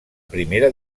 primera